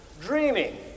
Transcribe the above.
dreaming